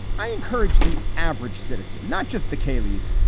i encourage the average citizen, not just the kaylee's,